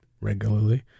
regularly